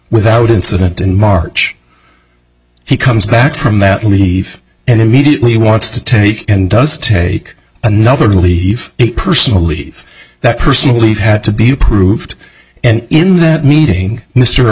without incident in march he comes back from that leave and immediately wants to take and does take another leave personal leave that personal leave had to be approved and in that meeting mr